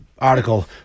article